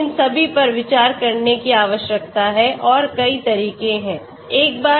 तो इन सभी पर विचार करने की आवश्यकता है और कई तरीके हैं